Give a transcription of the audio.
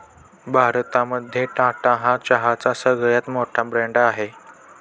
भारतामध्ये टाटा हा चहाचा सगळ्यात मोठा ब्रँड आहे